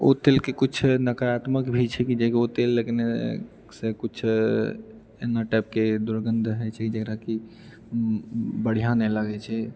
ओ तेलके किछु नकारात्मक भी छै जेकि ओ तेल लगेने से किछु एना टाइपके दुर्गन्ध होइत छै जकराकि बढ़िआँ नहि लगैत छै